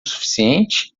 suficiente